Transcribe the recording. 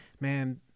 man